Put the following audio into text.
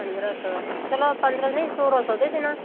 पंद्रह सौ चलो पंद्रह नही सोरो सौ दे देना